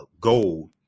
gold